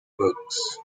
books